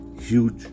huge